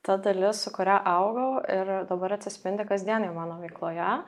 ta dalis su kuria augau ir dabar atsispindi kasdienėj mano veikloje